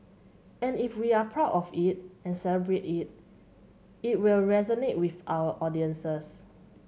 and if we are proud of it and celebrate it it will resonate with our audiences